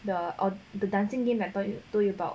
the or the dancing game that I told you about